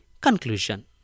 conclusion